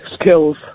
skills